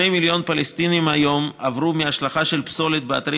2 מיליון פלסטינים היום עברו מהשלכה של פסולת באתרים